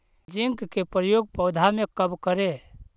Zinc के प्रयोग पौधा मे कब करे?